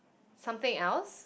something else